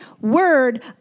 word